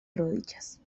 rodillas